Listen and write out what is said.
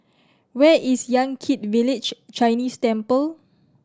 where is Yan Kit Village Chinese Temple